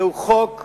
זהו חוק מתקדם,